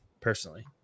personally